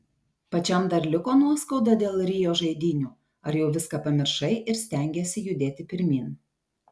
pačiam dar liko nuoskauda dėl rio žaidynių ar jau viską pamiršai ir stengiesi judėti pirmyn